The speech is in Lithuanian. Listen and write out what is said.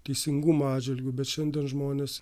teisingumo atžvilgiu bet šiandien žmonės